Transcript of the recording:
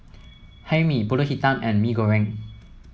Hae Mee pulut Hitam and Mee Goreng